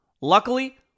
Luckily